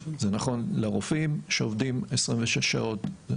זה נכון לרופאים שעובדים 26 שעות וזה